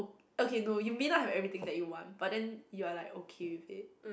okay no you may not have everything that you want but then you're like okay with it